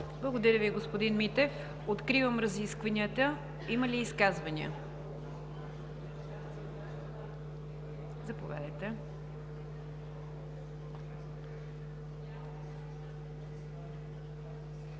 Благодаря Ви, господин Митев. Откривам разискванията. Има ли изказвания? Заповядайте,